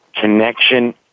connection